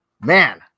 Man